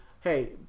hey